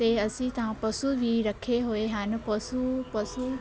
ਅਤੇ ਅਸੀਂ ਤਾਂ ਪਸੂ ਵੀ ਰੱਖੇ ਹੋਏ ਹਨ ਪਸੂ ਪਸੂ